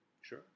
Sure